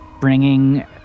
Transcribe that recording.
bringing